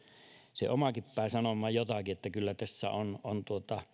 se omakin pää sanomaan jotakin että kyllä tässä on on